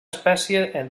espècie